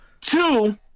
Two